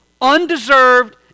undeserved